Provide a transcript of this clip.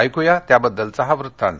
ऐकू या त्याबद्दलचा हा वृत्तांत